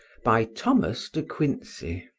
by thomas de quincey